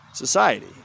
society